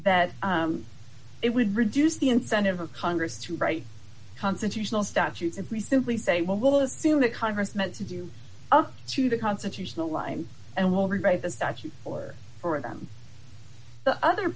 that it would reduce the incentive of congress to write constitutional statutes and we simply say well we'll assume that congress meant to do up to the constitutional line and will rewrite the statute for four of them the other